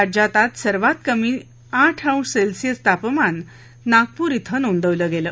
राज्यात आज सर्वात कमी आठ अंश सेल्सिअस तापमान नागपूर ॐ नोंदवलं गेलं